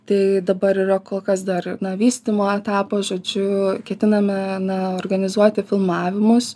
tai dabar yra kol kas dar na vystymo etapas žodžiu ketiname na organizuoti filmavimus